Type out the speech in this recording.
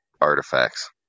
artifacts